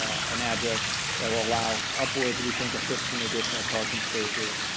an address that will allow upwards, we think, of fifteen additional parking spaces,